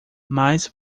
mas